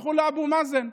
הלכו לאבו מאזן,